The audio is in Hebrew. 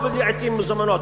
לא לעתים מזומנות,